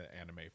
anime